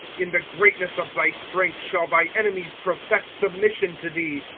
in the greatness of thy strength shall thy enemies profess submission to thee.